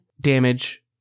damage